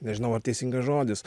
nežinau ar teisingas žodis